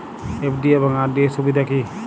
FD এবং RD এর সুবিধা কী?